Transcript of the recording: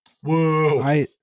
Whoa